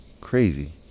crazy